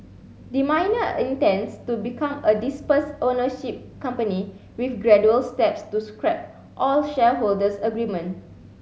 the miner intends to become a dispersed ownership company with gradual steps to scrap all shareholders agreement